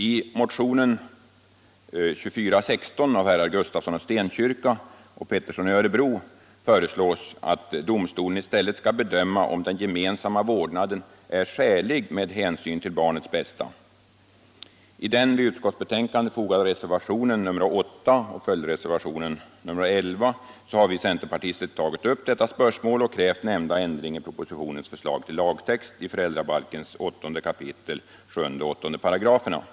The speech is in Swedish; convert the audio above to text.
I motionen 2416 av herrar Gustafsson i Stenkyrka och Pettersson i Örebro föreslås att domstolen i stället skall bedöma om den gemensamma vårdnaden är skälig med hänsyn till barnets bästa. I den vid utskottsbetänkandet fogade reservationen 8 och följdreservationen 11 har vi centerpartister tagit upp detta spörsmål och krävt nämnda ändring i propositionens förslag till lagtext beträffande 6 kap. 7 och 8 §§ föräldrabalken.